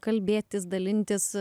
kalbėtis dalintis